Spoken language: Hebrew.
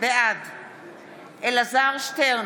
בעד אלעזר שטרן,